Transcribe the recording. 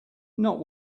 not